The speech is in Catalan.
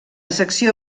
secció